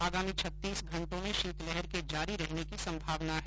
आगामी छत्तीस घंटों में शीतलहर के जारी रहने की संभावना हैं